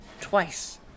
twice